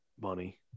money